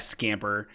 Scamper